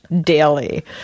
daily